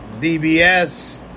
DBS